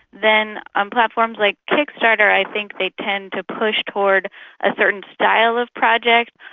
then on platforms like kickstarter i think they tend to push toward a certain style of project,